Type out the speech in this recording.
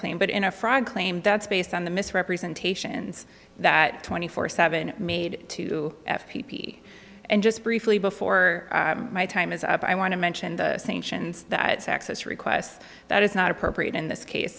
claim but in a fraud claim that's based on the misrepresentations that twenty four seven made to f p p and just briefly before my time is up i want to mention the sanctions that access requests that is not appropriate in this case